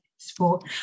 sport